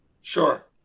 Sure